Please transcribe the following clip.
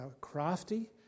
crafty